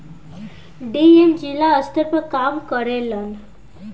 DM जिला स्तर पर काम करेलन